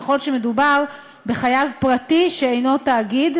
ככל שמדובר בחייב פרטי שאינו תאגיד,